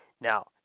Now